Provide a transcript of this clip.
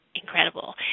incredible